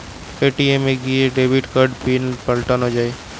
ATM এ গিয়ে debit কার্ডের পিন পাল্টানো যায়